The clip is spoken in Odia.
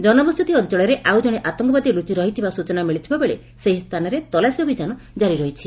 ଜନବସତି ଅଞ୍ଚଳରେ ଆଉ ଜଣେ ଆତଙ୍କବାଦୀ ଲୁଚି ରହିଥିବା ସୂଚନା ମିଳିଥିବାବେଳେ ସେହି ସ୍ଥାନରେ ତଲାସୀ ଅଭିଯାନ ଜାରି ରହିଛି